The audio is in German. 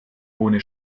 ohne